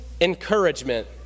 Encouragement